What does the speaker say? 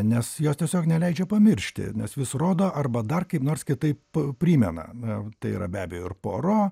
nes jos tiesiog neleidžia pamiršti nes vis rodo arba dar kaip nors kitaip primena tai yra be abejo ir puaro